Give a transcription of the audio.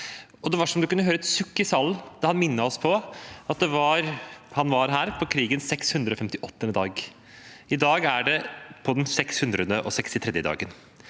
Det var som du kunne høre et sukk i salen da han minnet oss på at han var her på krigens 658. dag. I dag er det den 663. dagen.